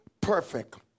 perfect